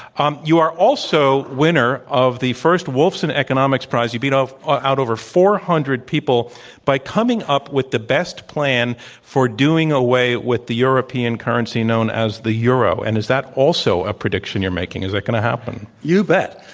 um you are also winner of the first wolfso n economics prize. you beat ah out over four hundred people by coming up with the best plan for doing away with the european currency known as the euro. and is that also a prediction you're making? is it going to happen? you bet.